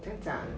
oh